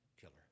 killer